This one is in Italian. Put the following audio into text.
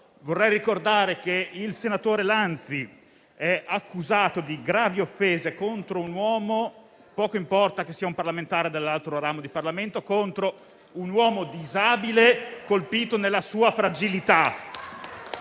Vorrei ricordare che il senatore Lanzi è accusato di gravi offese contro un uomo - poco importa che sia un parlamentare dell'altro ramo del Parlamento - disabile, colpito nella sua fragilità.